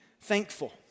thankful